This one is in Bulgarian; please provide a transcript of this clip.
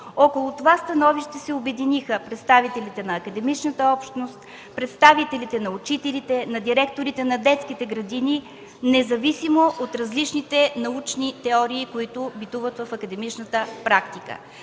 Около това становище се обединиха представителите на академичната общност, представителите на учителите, на директорите на детските градини, независимо от различните научни теории, които битуват в академичната практика.